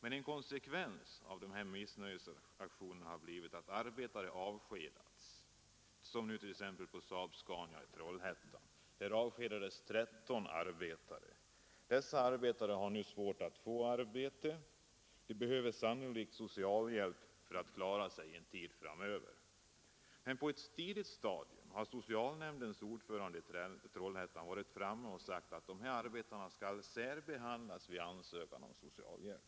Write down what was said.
En konsekvens av dessa missnöjesaktioner har blivit att arbetare avskedats, som t.ex. nu senast på SAAB-Scania i Trollhättan. Där avskedades 13 arbetare. Dessa arbetare har nu svårt att få arbete. De behöver sannolikt socialhjälp för att klara sig en tid framöver. Men på ett tidigt stadium har socialnämndens ordförande i Trollhättan varit framme och sagt att dessa arbetare skall särbehandlas vid ansökan om socialhjälp.